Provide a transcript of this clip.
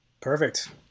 Perfect